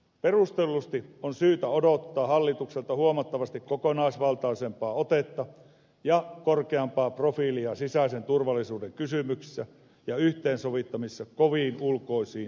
perustellusti on syytä odottaa hallitukselta huomattavasti kokonaisvaltaisempaa otetta ja korkeampaa profiilia sisäisen turvallisuuden kysymyksissä ja yhteensovittamisessa koviin ulkoisiin turvallisuuden näkökohtiin